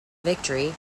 victory